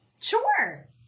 Sure